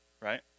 right